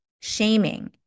shaming